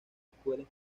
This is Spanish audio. escuelas